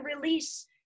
release